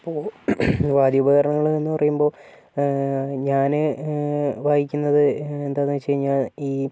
ഇപ്പോൾ വാദ്യോപകരണങ്ങളെന്ന് പറയുമ്പോൾ ഞാൻ വായിക്കുന്നത് എന്താണെന്ന് വെച്ചുകഴിഞ്ഞാൽ ഈ